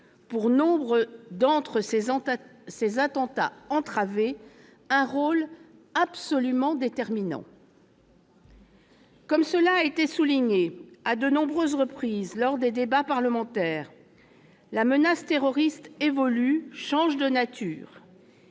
pour nombre de ces attentats entravés, un rôle absolument déterminant. Comme cela a été souligné à de nombreuses reprises lors des débats parlementaires, la menace terroriste évolue, change de nature